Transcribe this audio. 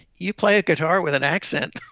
you play guitar with an accent.